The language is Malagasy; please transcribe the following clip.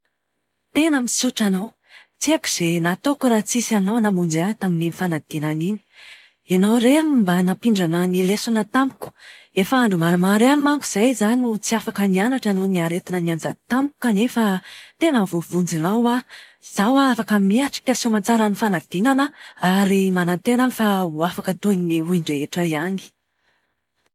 Tena misaotra anao. Tsy haiko izay nataoko raha tsisy anao namonjy ahy tamin'iny fanadinana iny. Ianao irery no mba nampindrana ahy ny lesona tamiko. Efa andro maromaro ihany manko izay izaho no tsy afaka nianatra noho ny aretina nianjady tamiko kanefa tena voavonjinao aho. Izao afaka miatrika soa aman-tsara ny fanadinana ary manantena aho fa ho afaka toy ny olon-drehetra ihany.